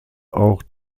auch